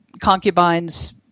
concubines